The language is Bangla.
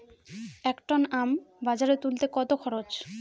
এক টন আম বাজারে তুলতে কত খরচ?